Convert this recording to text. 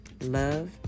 love